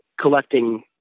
collecting